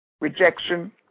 rejection